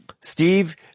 Steve